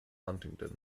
huntingdon